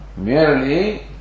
Merely